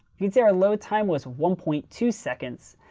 you'd say our load time was one point two seconds,